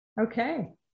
Okay